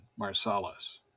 Marsalis